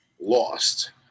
lost